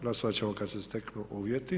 Glasovat ćemo kad se steknu uvjeti.